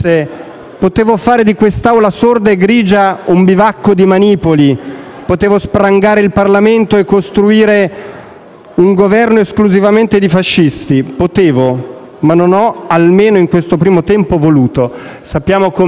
«potevo fare di questa Aula sorda e grigia un bivacco di manipoli; potevo sprangare il Parlamento e costruire un Governo esclusivamente di fascisti. Potevo; ma non ho, almeno in questo primo tempo, voluto». Sappiamo come